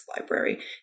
Library